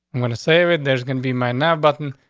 and going to save it. there's gonna be my now button,